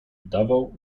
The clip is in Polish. udawał